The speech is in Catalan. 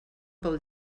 pel